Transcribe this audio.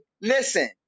Listen